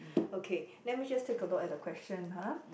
okay let me just take a look at the question uh